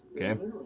okay